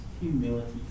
humility